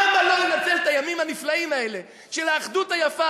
למה לא לנצל את הימים הנפלאים האלה של האחדות היפה